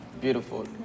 Beautiful